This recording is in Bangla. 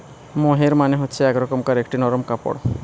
মোহের মানে হচ্ছে এক রকমকার একটি নরম কাপড়